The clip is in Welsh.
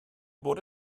bod